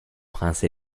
prince